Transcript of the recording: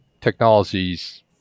technologies